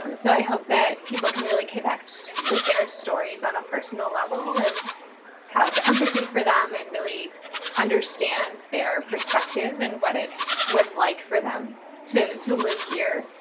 um so i hope that people can really connect with their stories on a personal level, and have empathy for them and really understand their perspective, and what it was like for them to to live here